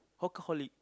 hawker horlick